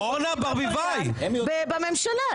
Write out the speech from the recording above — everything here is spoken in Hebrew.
הם בממשלה.